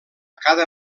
cada